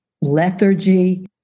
lethargy